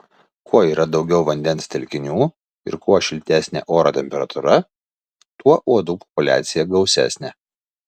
kuo yra daugiau vandens telkinių ir kuo šiltesnė oro temperatūra tuo uodų populiacija gausesnė